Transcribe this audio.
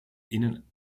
innen